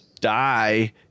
die